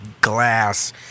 glass